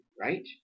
right